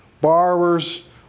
borrowers